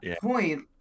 point